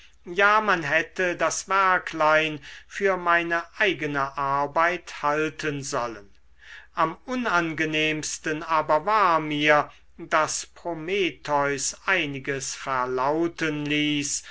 ja man hätte das werklein für meine eigene arbeit halten sollen am unangenehmsten aber war mir daß prometheus einiges verlauten ließ